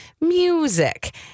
music